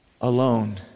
alone